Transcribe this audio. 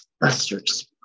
busters